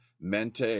mente